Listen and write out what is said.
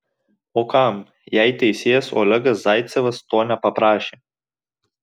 o kam jei teisėjas olegas zaicevas to nepaprašė